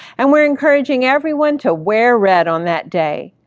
and we're encouraging everyone to wear red on that day.